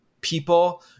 people